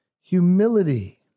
humility